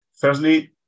firstly